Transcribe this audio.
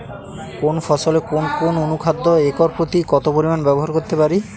কোন ফসলে কোন কোন অনুখাদ্য একর প্রতি কত পরিমান ব্যবহার করতে পারি?